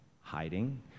hiding